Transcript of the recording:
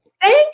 thank